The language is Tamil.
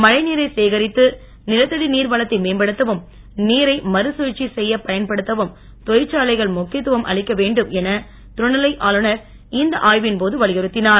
மழை நீரை சேகரித்து நிலத்தடி நீர் வளத்தை மேம்படுத்தவும் நீரை மறு கழற்சி செய்து பயன்படுத்தவும் தொழிற்சாலைகள் முக்கியத்துவம் அளிக்க வேண்டும் என துணைநிலை ஆளுநர் இந்த ஆய்வின் போது வலியுறுத்தினார்